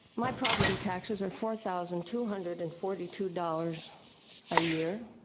my property taxes are four thousand two hundred and forty two dollars a year.